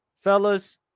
Fellas